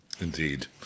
Indeed